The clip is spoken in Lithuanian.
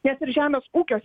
nes ir žemės ūkio